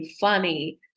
funny